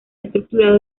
estructurado